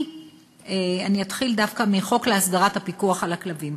אני אתחיל דווקא מהחוק להסדרת הפיקוח על הכלבים.